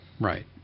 Right